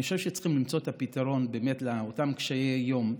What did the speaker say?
אני חושב שצריך באמת למצוא את הפתרון לאותם קשי יום,